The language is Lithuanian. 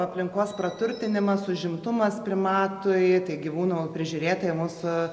aplinkos praturtinimas užimtumas primatui tai gyvūnų prižiūrėtojai mūsų